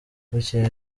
bucyeye